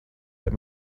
let